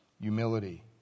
humility